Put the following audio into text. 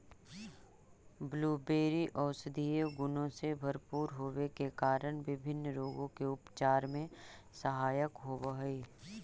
blueberry औषधीय गुणों से भरपूर होवे के कारण विभिन्न रोगों के उपचार में सहायक होव हई